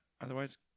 otherwise